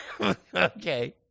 Okay